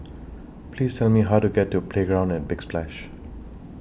Please Tell Me How to get to Playground At Big Splash